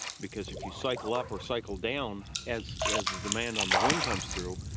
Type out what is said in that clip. because if you cycle up or cycle down, as as the demand on the wind comes through,